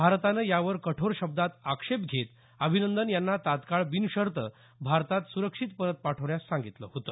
भारतानं यावर कठोर शब्दांत आक्षेप घेत अभिनंदन यांना तात्काळ बिनशर्त भारतात सुरक्षित परत पाठवण्यास सांगितलं होतं